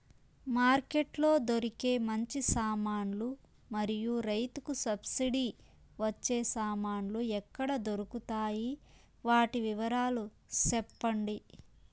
Market లో దొరికే మంచి సామాన్లు మరియు రైతుకు సబ్సిడి వచ్చే సామాన్లు ఎక్కడ దొరుకుతాయి? వాటి వివరాలు సెప్పండి?